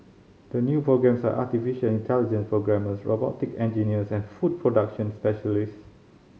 the new programmes are artificial intelligence programmers robotic engineers and food production specialist